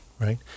right